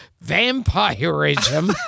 vampirism